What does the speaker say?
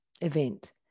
event